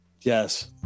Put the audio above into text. Yes